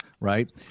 right